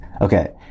okay